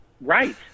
Right